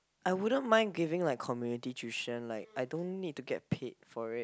I wouldn't mind giving like community tuition like I don't need to get paid for it